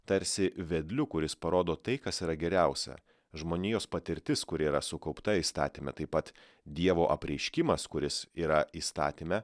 tarsi vedliu kuris parodo tai kas yra geriausia žmonijos patirtis kuri yra sukaupta įstatyme taip pat dievo apreiškimas kuris yra įstatyme